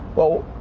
well,